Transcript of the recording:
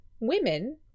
women